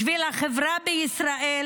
בשביל החברה בישראל,